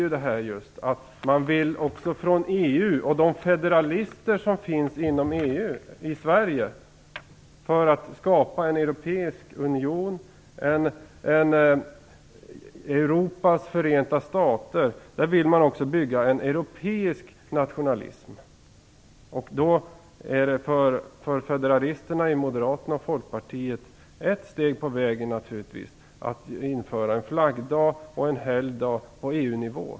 Bakom det ligger just att man i EU och bland de federalister som finns inom EU i Sverige för att skapa en europeisk union, ett Europas förenta stater, också vill bygga upp en europeisk nationalism. Är det ett steg på vägen för federalisterna i moderata samlingspartiet och folkpartiet att införa en flaggdag på EU nivå?